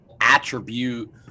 attribute